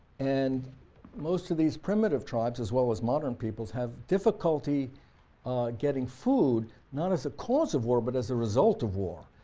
and most of these primitive tribes, as well as modern people's, have difficulty getting food, not as a cause of war but as a result of war.